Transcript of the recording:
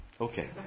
okay